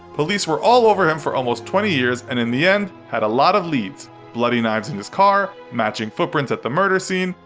police were all over him for almost twenty years and in the end had a lot of leads bloody knives in his car, matching footprints at the murder scene,